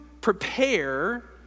prepare